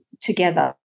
together